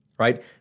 right